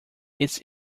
its